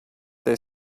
they